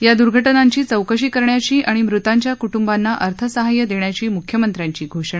या दुर्घटनांची चौकशी करण्याची आणि मृतांच्या कट्टंबांना अर्थसहाय्य देण्याची म्ख्यमंत्र्यांची घोषणा